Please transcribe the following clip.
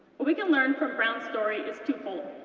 we can learn from brown's story is twofold.